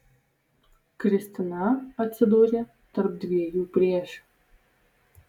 kristina atsidūrė tarp dviejų priešių